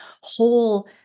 whole